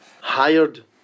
hired